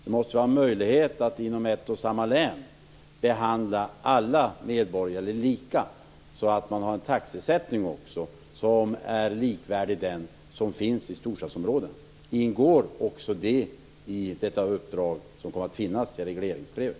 Det måste vara möjligt att inom ett och samma län behandla alla medborgare lika, dvs. att det blir en taxesättning som är likvärdig den som finns i storstadsområden. Ingår också det i det uppdrag som kommer att finnas i regleringsbrevet?